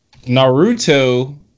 Naruto